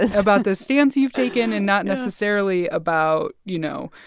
this. about the stance you've taken and not necessarily about, you know,